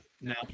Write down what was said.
now